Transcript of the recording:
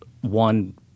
one